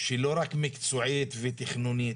לא רק מקצועית ותכנונית,